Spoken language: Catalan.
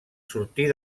sortir